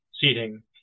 seating